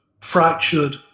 fractured